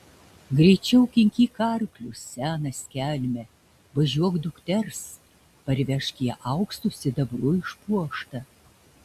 greičiau kinkyk arklius senas kelme važiuok dukters parvežk ją auksu sidabru išpuoštą